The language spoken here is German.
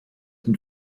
den